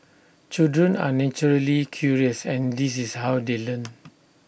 children are naturally curious and this is how they learn